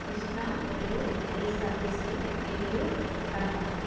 Krishna Nellore YSR district Eluru Kadapa